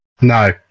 No